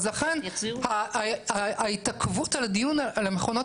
אז לכן ההתעכבות של הדיון על המכונות